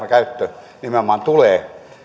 käyttö nimenomaan tulee